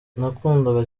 nakundaga